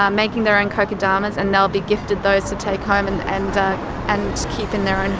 um making their own kokedamas and they will be gifted those to take home and and and keep in their and